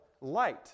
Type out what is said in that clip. light